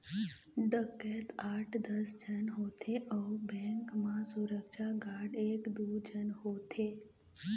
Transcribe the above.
डकैत आठ दस झन होथे अउ बेंक म सुरक्छा गार्ड एक दू झन होथे